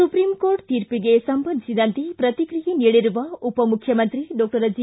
supreme court ತೀರ್ಪಿಗೆ ಸಂಬಂಧಿಸಿದಂತೆ ಪ್ರತಿಕ್ರಿಯೆ ನೀಡಿರುವ ಉಪಮುಖ್ಯಮಂತ್ರಿ ಡಾಕ್ಟರ್ ಜಿ